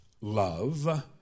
love